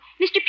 Mr